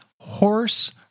horse